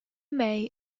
may